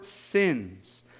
sins